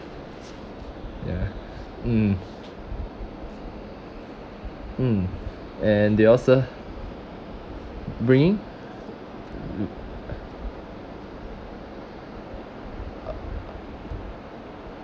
ya mm mm and they also bringing